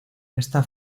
esta